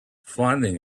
finding